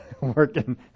working